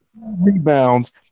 rebounds